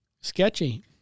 Sketchy